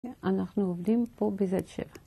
אנחנו עובדים פה ב-Z7